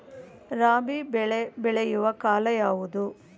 ರಾಬಿ ಬೆಳೆ ಬೆಳೆಯುವ ಕಾಲ ಯಾವುದು?